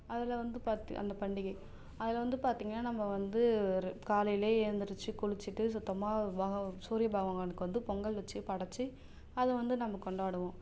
அதில் வந்து பார்த்தீ அந்த பண்டிகை அதில் வந்து பார்த்தீங்கன்னா நம்ம வந்து ஒரு காலையிலே எழுந்துருச்சு குளிச்சிட்டு சுத்தமாக ப சூரியபகவானுக்கு வந்து பொங்கல் வச்சு படைச்சி அதை வந்து நம்ம கொண்டாடுவோம்